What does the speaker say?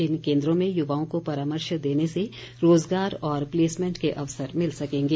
इन केन्द्रो में युवाओं को परामर्श देने से रोज़गार और प्लेसमेंट के अवसर मिल सकेंगे